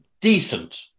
decent